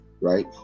right